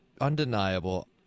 undeniable